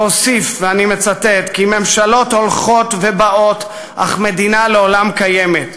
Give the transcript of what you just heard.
והוסיף "כי ממשלות באות והולכות אך מדינה לעולם קיימת.